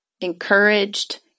encouraged